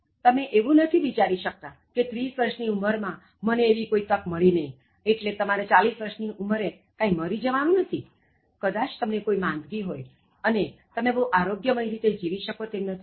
તમે એવું નથી વિચારી શકતા કે 30 વર્ષ ની ઉમર માં મને એવી કોઇ તક મળી નહી એટલે તમારે 40 વર્ષ ની ઉમરે મરી જવાનું નથી કદાચ તમને કોઇ માંદગી હોય અને તમે બહુ આરોગ્યમય રીતે જીવી શકો તેમ નથી